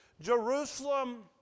Jerusalem